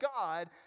God